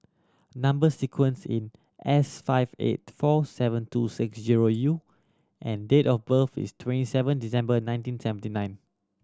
number sequence in S five eight four seven two six zero U and date of birth is twenty seven December nineteen seventy nine